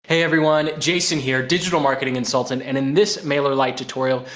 hey everyone, jason here, digital marketing consultant. and in this mailer light tutorial,